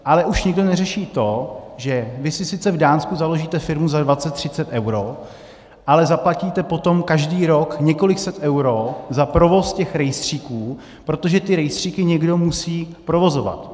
Ale už nikdo neřeší to, že vy si sice založíte v Dánsku firmu za dvacet třicet eur, ale zaplatíte potom každý rok několik set eur za provoz těch rejstříků, protože ty rejstříky někdo musí provozovat.